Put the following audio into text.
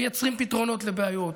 מייצרים פתרונות לבעיות,